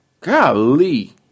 Golly